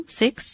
six